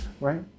right